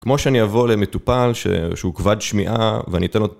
כמו שאני אבוא למטופל שהוא כבד שמיעה ואני אתן לו...